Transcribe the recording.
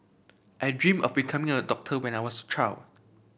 I dream of becoming a doctor when I was a child